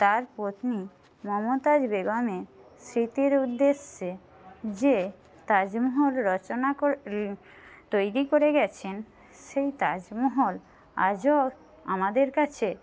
তার পত্নী মমতাজ বেগমের স্মৃতির উদ্দেশ্যে যে তাজমহল রচনা করে তৈরি করে গেছেন সেই তাজমহল আজও আমাদের কাছে